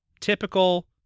typical